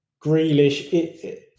Grealish